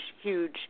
huge